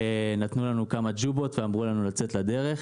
נתנו לנו כמה ג'ובות ואמרו לנו לצאת לדרך.